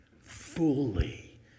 fully